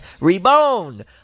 Reborn